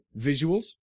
Visuals